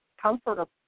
comfortable